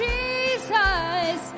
Jesus